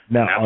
Now